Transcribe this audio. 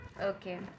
Okay